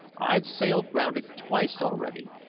i've sailed round it twice already,